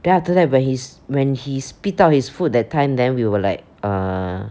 then after that when his when he spit out his food that time then we were like err